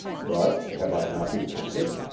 but have i not repented?